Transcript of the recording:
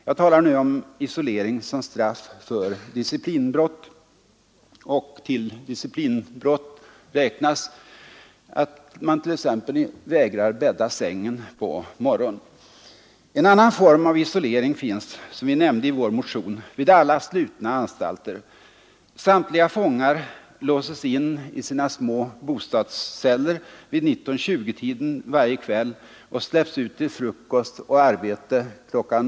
Jag talar nu om isolering som straff för disciplinbrott, och till disciplinbrott räknas att man t.ex. vägrar bädda sängen på morgonen. En annan form av isolering finns, som vi nämnde i vår motion, vid alla slutna anstalter. Samtliga fångar låses in i sina små bostadsceller vid 19—20-tiden varje kväll och släpps ut till frukost och arbete kl.